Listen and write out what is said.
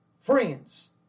friends